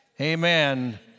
Amen